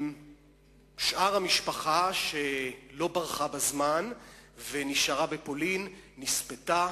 שאר המשפחה, שלא ברחה בזמן ונשארה בפולין, נספתה.